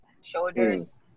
shoulders